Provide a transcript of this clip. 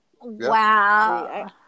Wow